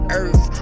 earth